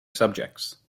subjects